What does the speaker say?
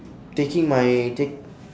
taking my take